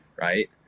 right